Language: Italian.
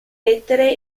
lettere